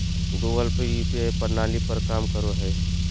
Google Pay UPI प्रणाली पर काम करो हय